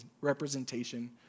representation